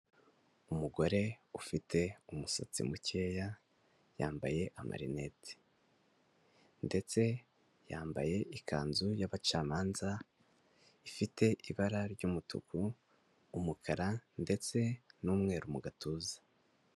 Umugore ufite umusatsi mukeya, yambaye amarineti ndetse yambaye ikanzu y'abacamanza ifite ibara ry'umutuku, umukara ndetse n'umweru mu gatuza.